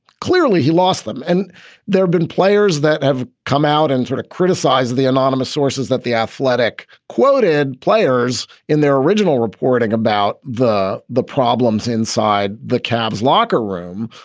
clearly, he lost them. and there've been players that have come out and sort of criticized the the anonymous sources that the athletic quoted players in their original reporting about the the problems inside the cavs locker room.